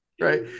Right